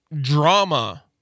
drama